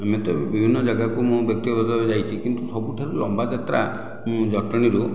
ଆମେ ତ ବିଭିନ୍ନ ଜାଗାକୁ ମୁଁ ବ୍ୟକ୍ତିଗତ ଭାବେ ଯାଇଛି କିନ୍ତୁ ସବୁଠାରୁ ଲମ୍ବା ଯାତ୍ରା ଜଟଣୀରୁ